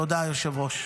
תודה, היושב-ראש.